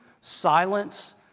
silence